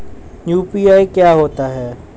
UPI क्या होता है?